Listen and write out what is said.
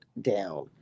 down